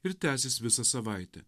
ir tęsis visą savaitę